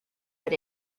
but